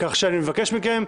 כך שאני מבקש מכם,